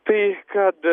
tai kad